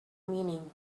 meaning